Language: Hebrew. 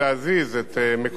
והדבר הזה בא על פתרונו.